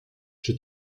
czy